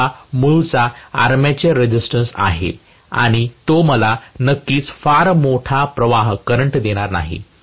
जो हा मूळचा आर्मेचर रेझिस्टन्स आहे आणि तो मला नक्कीच फार मोठा प्रवाह देणार नाही